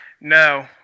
No